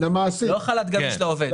לא חל"ת גמיש לעובד,